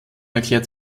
erklärt